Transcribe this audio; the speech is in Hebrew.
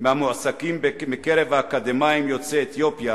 מהמועסקים מקרב האקדמאים יוצאי אתיופיה